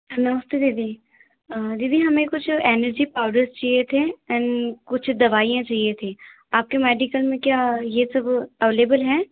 नमस्ते दीदी दीदी हमें कुछ एनर्जी पाउडर चाहिए थे एंड कुछ दवाइयां चाहिए थी आपके मेडिकल में क्या यह सब अवेलेबल हैं